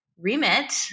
remit